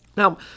Now